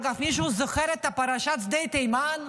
אגב, מישהו זוכר את פרשת שדה תימן?